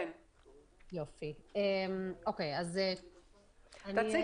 אני אגיב